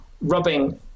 rubbing